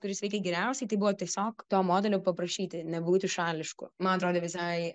kuris veikia geriausiai tai buvo tiesiog to modelio paprašyti nebūti šališku man atrodė visai